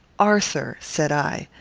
arthur, said i,